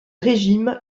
régime